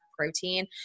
protein